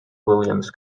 williams